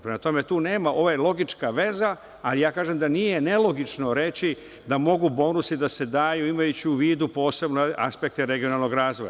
Prema tome, ovo je logička veza, a ja kažem da nije nelogično reći da mogu bonusi da se daju imajući u vidu posebne aspekte regionalnog razvoja.